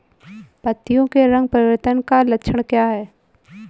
पत्तियों के रंग परिवर्तन का लक्षण क्या है?